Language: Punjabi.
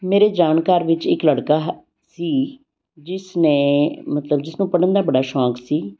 ਮੇਰੇ ਜਾਣਕਾਰ ਵਿੱਚ ਇੱਕ ਲੜਕਾ ਹੈ ਸੀ ਜਿਸ ਨੇ ਮਤਲਬ ਜਿਸ ਨੂੰ ਪੜ੍ਹਨ ਦਾ ਬੜਾ ਸ਼ੌਂਕ ਸੀ